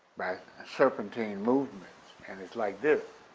by serpentine movements, and it's like this.